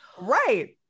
right